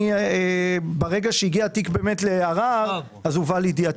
ברגע שהתיק הגיע לערר אז הובא לידיעתי.